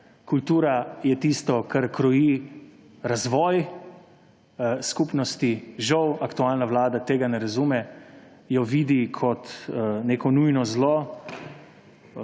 kultura je tisto, kar kroji razvoj skupnosti. Žal aktualna vlada tega ne razume, jo vidi kot neko nujno zlo,